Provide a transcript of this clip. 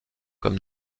comme